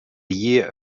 year